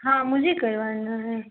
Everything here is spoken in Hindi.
हाँ मुझे करवाना है